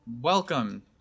welcome